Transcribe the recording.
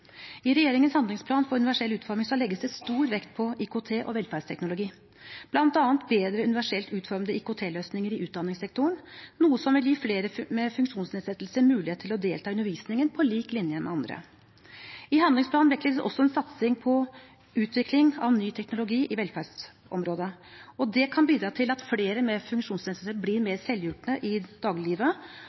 I regjeringens handlingsplan for universell utforming legges det stor vekt på IKT og velferdsteknologi, bl.a. bedre universelt utformede IKT-løsninger i utdanningssektoren, noe som vil gi flere med funksjonsnedsettelse mulighet til å delta i undervisningen på lik linje med andre. I handlingsplanen vektlegges også en satsing på utvikling av ny teknologi innen velferdsområdet, og dette kan bidra til at flere med funksjonsnedsettelse blir mer selvhjulpne i